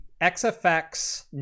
XFX